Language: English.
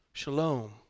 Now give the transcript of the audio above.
Shalom